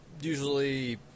usually